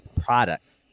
products